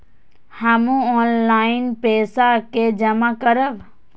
हमू ऑनलाईनपेसा के जमा करब?